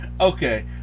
Okay